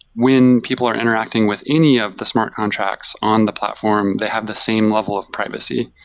when people are interacting with any of the smart contracts on the platform, they have the same level of privacy.